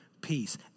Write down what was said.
peace